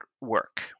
work